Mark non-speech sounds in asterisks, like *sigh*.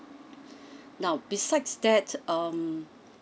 *breath* now besides that um